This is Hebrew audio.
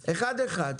אחד-אחד.